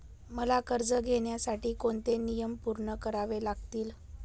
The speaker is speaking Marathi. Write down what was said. मला कर्ज घेण्यासाठी कोणते नियम पूर्ण करावे लागतील?